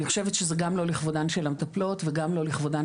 אני חושבת שזה גם לא לכבודן של המטפלות וגם לא לכבודן